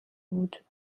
بود